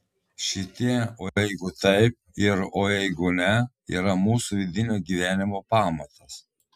šitie o jeigu taip ir o jeigu ne yra mūsų vidinio gyvenimo pamatas